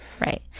Right